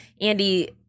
Andy